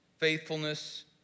faithfulness